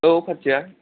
औ पार्थिया